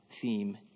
theme